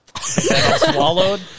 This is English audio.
swallowed